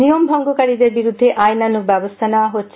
নিয়ম ভঙ্গকারীদের বিরুদ্ধে আইনানুগ ব্যবস্থা নেওয়া হচ্ছে